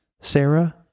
Sarah